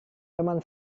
teman